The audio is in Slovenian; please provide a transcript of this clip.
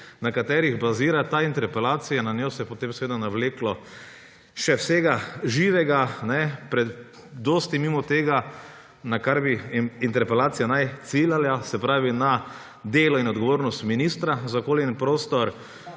na katerih bazira ta interpelacija, na njo se je potem seveda navleklo še vsega živega, dosti mimo tega, na kar naj bi interpelacija ciljala; se pravi na delo in odgovornost ministra za okolje in prostor.